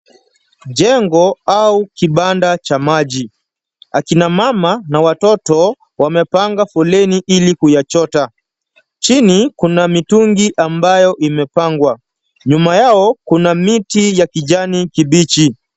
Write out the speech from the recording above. Jengo au kibanda cha maji. Akina mama na watoto wamepanga foleni ili kuyachota . Chini kuna mitungi ambayo imepangwa. Nyuma yao kuna miti ya kijani kibichi.